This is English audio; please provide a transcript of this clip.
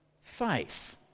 faith